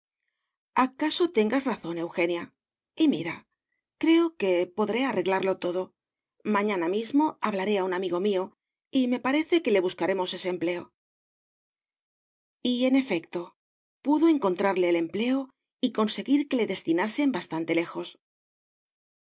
acaso tengas razón eugenia y mira creo que podré arreglarlo todo mañana mismo hablaré a un amigo mío y me parece que le buscaremos ese empleo y en efecto pudo encontrarle el empleo y conseguir que le destinasen bastante lejos